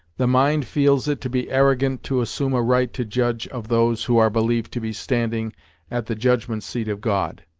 the mind feels it to be arrogant to assume a right to judge of those who are believed to be standing at the judgment seat of god.